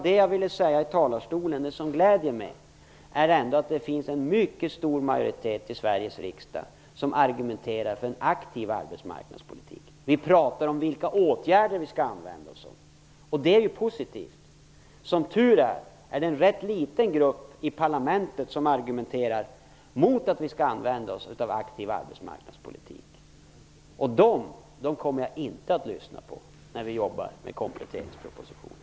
Det som gläder mig är ändå att det finns en mycket stor majoritet i Sveriges riksdag som argumenterar för en aktiv arbetsmarknadspolitik. Vi pratar om vilka åtgärder vi skall använda oss av, och det är positivt. Som tur är, är det en rätt liten grupp i parlamentet som argumenterar mot en aktiv arbetsmarknadspolitik. Den gruppen kommer jag inte att lyssna på när vi jobbar med kompletteringspropositionen.